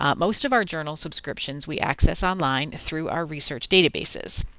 um most of our journal subscriptions we access online through our research databases.